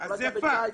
זה יחולק גם ב-19'.